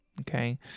okay